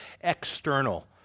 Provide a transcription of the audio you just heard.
external